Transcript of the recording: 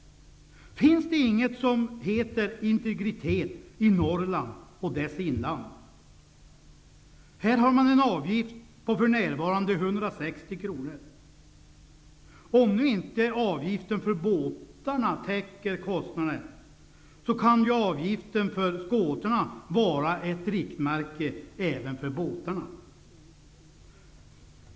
Finns det inte något i fråga om Norrland och Norrlands inland som heter integritet? Här har man en avgift för närvarande på 160 kr. Om avgiften för båtar inte täcker kostnaderna, kan ju avgiften för skotrarna vara ett riktmärke även för båtarna.